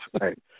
right